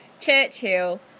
Churchill